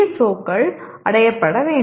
ஓக்கள் அடையப்பட வேண்டும்